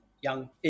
young